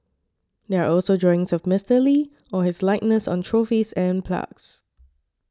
there are also drawings of Mister Lee or his likeness on trophies and plagues